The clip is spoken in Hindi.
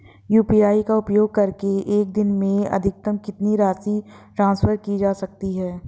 यू.पी.आई का उपयोग करके एक दिन में अधिकतम कितनी राशि ट्रांसफर की जा सकती है?